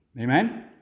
Amen